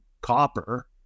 copper